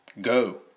go